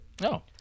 No